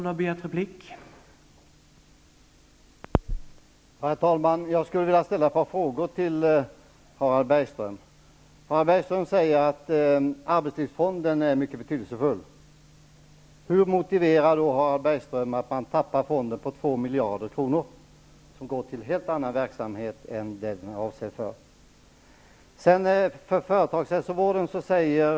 Herr talman! Jag skulle vilja ställa ett par frågor till Harald Bergström. Harald Bergström säger att arbetslivsfonden är mycket betydelsefull. Hur motiverar då Harald Bergström att man tappar fonden på två miljarder kronor som går till helt annan verksamhet än pengarna är avsedda för?